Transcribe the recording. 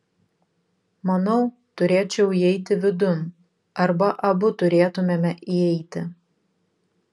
manau turėčiau įeiti vidun arba abu turėtumėme įeiti